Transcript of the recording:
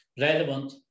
relevant